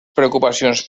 preocupacions